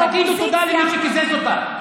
תגידו תודה למי שקיזז אותה.